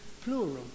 plural